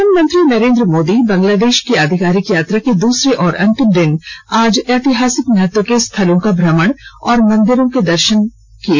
प्रधानमंत्री नरेन्द्र मोदी बांग्लादेश की आधिकारिक यात्रा के दूसरे और अंतिम दिन आज ऐतिहासिक महत्व के स्थलों का भ्रमण और मंदिरों के दर्शन किए